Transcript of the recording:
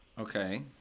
Okay